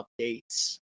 updates